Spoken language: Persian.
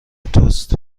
توست